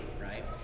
right